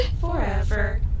Forever